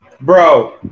Bro